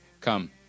come